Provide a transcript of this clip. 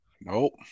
Nope